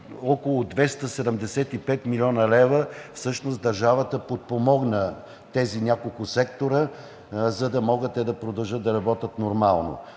около 275 млн. лв. Всъщност държавата подпомогна тези няколко сектора, за да могат те да продължат да работят нормално.